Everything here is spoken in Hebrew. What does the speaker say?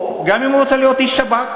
או גם אם הוא רוצה להיות איש שב"כ.